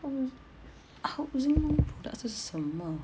housing housing product 这是什么